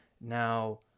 Now